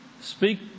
Speak